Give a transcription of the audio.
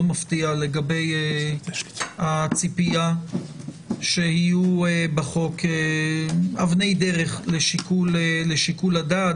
מפתיע לגבי הציפייה שיהיו בחוק אבני דרך לשיקול הדעת,